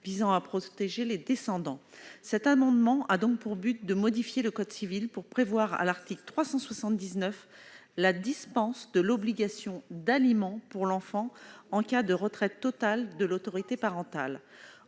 visant à protéger les descendants. Cet amendement vise à modifier le code civil pour prévoir, à l'article 379, la dispense de l'obligation d'aliment pour l'enfant en cas de retrait total de l'autorité parentale